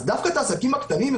אז דווקא את העסקים הקטנים?